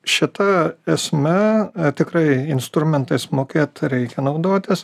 šita esme tikrai instrumentais mokėt reikia naudotis